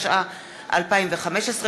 התשע"ה 2015,